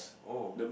oh